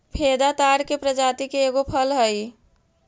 फेदा ताड़ के प्रजाति के एगो फल हई